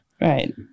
right